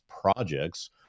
Projects